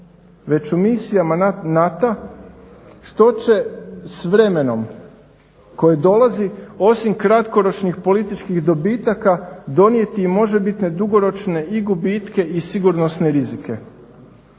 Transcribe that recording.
već u misijama NATO-a što će s vremenom koje dolazi osim kratkoročnih političkih dobitaka donijeti i možebitne dugoročne i gubitke i sigurnosne rizike.